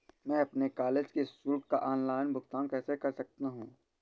मैं अपने कॉलेज की शुल्क का ऑनलाइन भुगतान कैसे कर सकता हूँ?